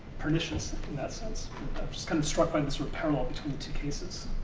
pernicious in that sense. i'm just kind of struck by this parallel between the two cases.